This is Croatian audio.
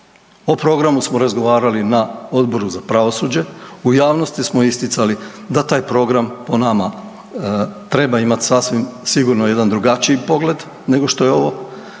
o programu smo razgovarali na Odboru za pravosuđe, u javnosti smo isticali da taj program po nama treba imati sasvim sigurno jedan drugačiji pogled nego što je ovo.